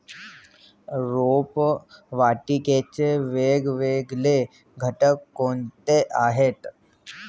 रोपवाटिकेचे वेगवेगळे घटक कोणते आहेत?